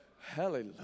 Hallelujah